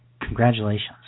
congratulations